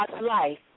life